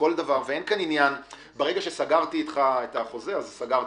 ברגע שסגרתי אתך את החוזה, סגרתי.